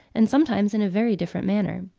and sometimes in a very different manner.